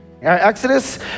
Exodus